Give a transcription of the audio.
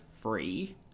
free